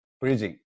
breathing